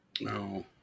No